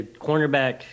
cornerback